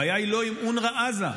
הבעיה היא לא עם אונר"א עזה,